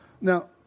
now